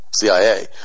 cia